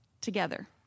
together